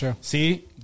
see